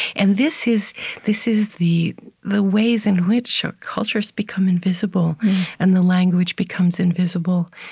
and this is this is the the ways in which cultures become invisible and the language becomes invisible.